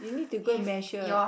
you need to go and measure